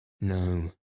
No